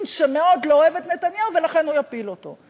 שמאוד לא אוהב את נתניהו ולכן הוא יפיל אותו.